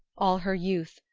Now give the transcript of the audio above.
all her youth,